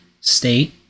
state